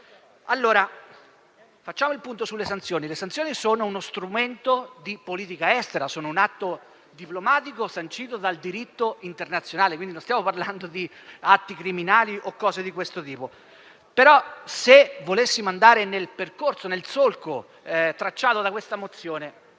Facciamo il punto sulle sanzioni. Queste ultime sono uno strumento di politica estera, sono un atto diplomatico sancito dal diritto internazionale; non stiamo parlando di atti criminali o di cose di questo tipo. Se volessimo seguire il solco tracciato da questa mozione,